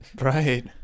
Right